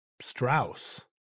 Strauss